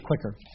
quicker